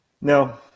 No